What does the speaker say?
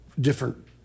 different